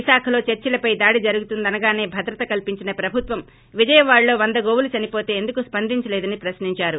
విశాఖలో చర్సిలపై దాడి జరుగుతుందనగానే భద్రత కల్పించిన ప్రభుత్వం విజయవాడలో వంద గోవులు చనిపోతే ఎందుకు స్పందించలేదని ప్రశ్నించారు